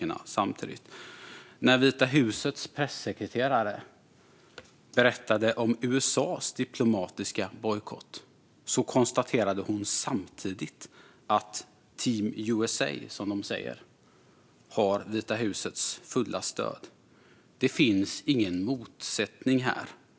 När Vita husets pressekreterare berättade om USA:s diplomatiska bojkott konstaterade hon samtidigt att Team USA, som de säger, har Vita husets fulla stöd. Det finns ingen motsättning här.